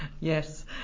Yes